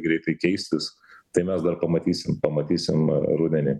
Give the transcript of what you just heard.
greitai keistis tai mes dar pamatysim pamatysim rudenį